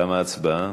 תמה ההצבעה.